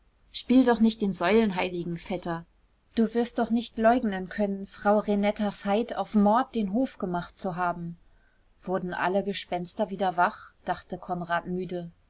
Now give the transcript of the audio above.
spiel doch nicht den säulenheiligen vetter du wirst doch nicht leugnen können frau renetta veit auf mord den hof gemacht zu haben wurden alle gespenster wieder wach dachte konrad müde